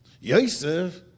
Yosef